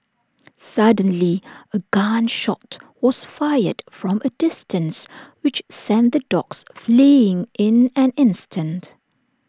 suddenly A gun shot was fired from A distance which sent the dogs fleeing in an instant